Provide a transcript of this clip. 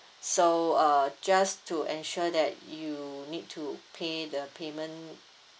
so uh just to ensure that you need to pay the payment